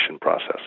process